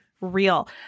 Real